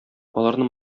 аларны